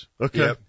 Okay